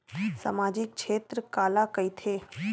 सामजिक क्षेत्र काला कइथे?